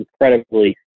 incredibly